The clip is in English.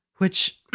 which